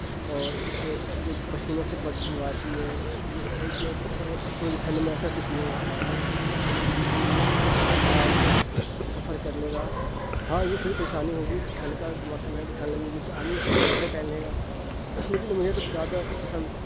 اور اِس سے جو پسینے سے بدبو آتی ہے اور اِس میں تھوڑی ٹھنڈ میں ایسا کچھ نہیں ہوگا آدمی بالکل ہی آرام سے سفر کر لے گا ہاں یہ تھوڑی پریشانی ہوگی ٹھند کا موسم ہے تو ٹھنڈ لگے گی تو آدمی کپڑے پہن لے گا لیکن مجھے تو زیادہ پسند